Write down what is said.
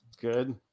Good